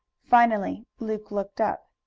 finally luke looked up.